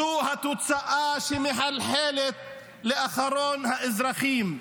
זו התוצאה, שמחלחלת לאחרון האזרחים.